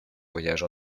voyage